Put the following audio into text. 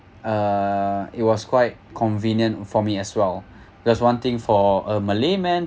uh it was quite convenient for me as well there's one thing for a malay man